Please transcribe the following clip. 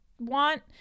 want